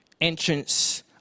entrance